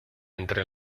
entre